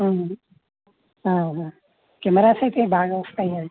అవునా కెమెరాస్ అయితే బాగా వస్తాయా